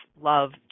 love